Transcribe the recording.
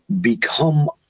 become